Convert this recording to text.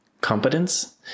competence